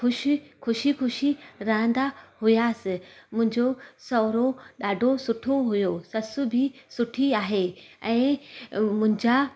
ख़ुशि ख़ुशी ख़ुशी रहंदा हुआसीं मुंहिंजो सहुरो ॾाढो सुठो हुओ सस बी सुठी आहे ऐं मुंहिंजा